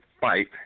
fight